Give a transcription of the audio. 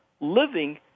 living